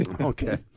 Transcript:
Okay